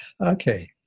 Okay